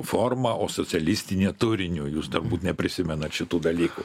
forma o socialistiniu turiniu jūs turbūt neprisimenat šitų dalykų